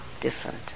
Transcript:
different